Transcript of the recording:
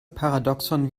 paradoxon